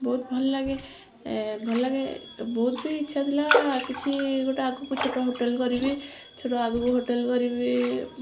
ବହୁତ ଭଲ ଲାଗେ ଭଲ ଲାଗେ ବହୁତ ବି ଇଚ୍ଛା ଥିଲା କିଛି ଗୋଟେ ଆଗକୁ ଛୋଟ ହୋଟେଲ କରିବି ଛୋଟ ଆଗକୁ ହୋଟେଲ କରିବି